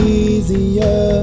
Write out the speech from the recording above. easier